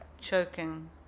choking